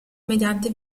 mediante